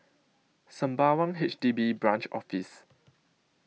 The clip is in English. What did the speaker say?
Sembawang H D B Branch Office